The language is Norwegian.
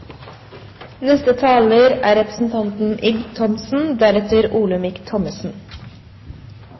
Neste taler er Olemic Thommessen.